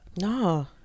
no